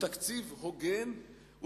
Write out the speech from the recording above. הוא תקציב הוגן,